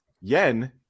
yen